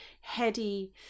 heady